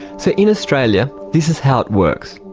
so in australia this is how it works.